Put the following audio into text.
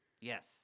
Yes